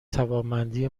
توانمندی